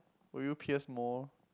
will you pierce more